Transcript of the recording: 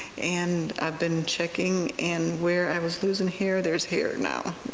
and i've been checking, and where i was losing hair, there's hair now,